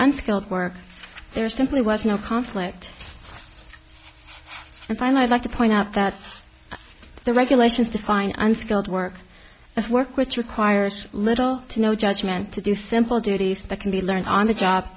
unskilled work there simply was no conflict and i like to point out that the regulations define unskilled work as work which requires little to no judgement to do simple duties that can be learned on a job